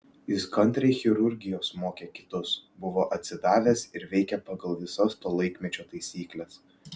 jis kantriai chirurgijos mokė kitus buvo atsidavęs ir veikė pagal visas to laikmečio taisykles